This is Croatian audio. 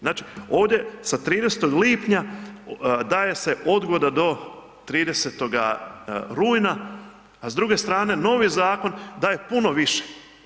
Znači, ovdje sa 30. lipnja daje se odgoda do 30. rujna, a s druge strane novi zakon daje puno više.